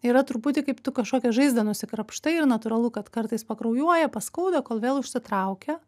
yra truputį kaip tu kažkokią žaizdą nusikrapštai ir natūralu kad kartais pakraujuoja paskauda kol vėl užsitraukia